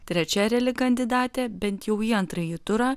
trečia reali kandidatė bent jau į antrąjį turą